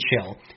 chill